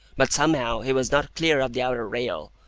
but somehow he was not clear of the outer rail.